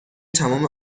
تمام